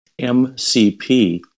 MCP